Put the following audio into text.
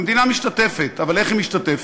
המדינה משתתפת, אבל איך היא משתתפת?